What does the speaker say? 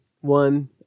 one